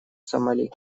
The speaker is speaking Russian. сомали